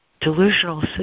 delusional